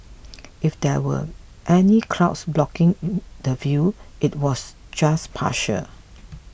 if there were any clouds blocking in the view it was just partial